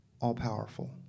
all-powerful